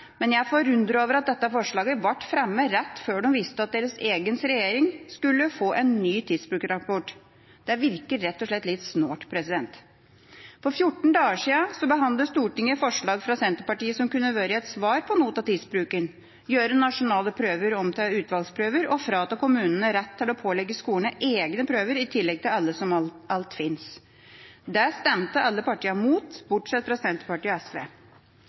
men jeg er forundret over at dette forslaget ble fremmet rett før de visste at deres egen regjering skulle få en ny tidsbrukrapport. Det virker rett og slett litt snålt. For 14 dager siden behandlet Stortinget forslag fra Senterpartiet som kunne vært et svar på noe av tidsbruken: gjøre nasjonale prøver om til utvalgsprøver og frata kommunene rett til å pålegge skolene egne prøver i tillegg til alle som allerede finnes. Det stemte alle partiene imot, bortsett fra Senterpartiet og SV.